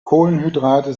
kohlenhydrate